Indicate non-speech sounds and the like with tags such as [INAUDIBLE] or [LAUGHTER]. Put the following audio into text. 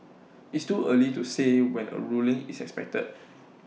it's too early to say when A ruling is expected [NOISE]